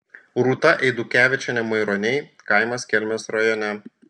rūta eidukevičienė maironiai kaimas kelmės rajone